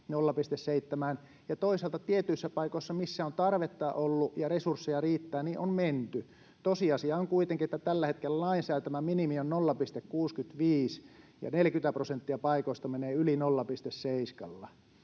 ja toisaalta tietyissä paikoissa, missä on tarvetta ollut ja resursseja riittää, on menty. Tosiasia on kuitenkin, että tällä hetkellä lain säätämä minimi on 0,65 ja 40 prosenttia paikoista menee yli 0,7:lla.